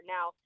Now